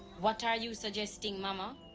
what are you suggesting, momma?